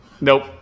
Nope